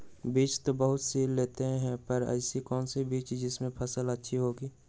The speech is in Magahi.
बीज तो बहुत सी लेते हैं पर ऐसी कौन सी बिज जिससे फसल अच्छी होगी?